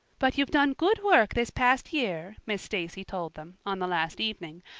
but you've done good work this past year, miss stacy told them on the last evening,